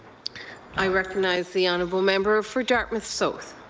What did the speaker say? i recognize the honourable member for dartmouth south.